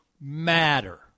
matter